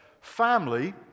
family